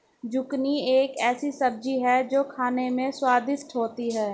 zucchini एक ऐसी सब्जी है जो खाने में स्वादिष्ट होती है